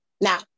Now